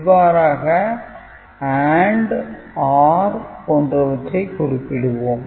இவ்வாறாக AND OR போன்றவற்றை குறிப்பிடுவோம்